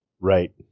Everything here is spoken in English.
Right